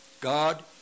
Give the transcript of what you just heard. God